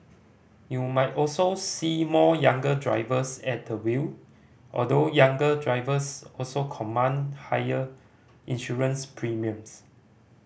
you might also see more younger drivers at the wheel although younger drivers also command higher insurance premiums